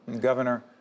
Governor